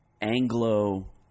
Anglo